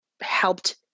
helped